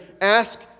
ask